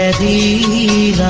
the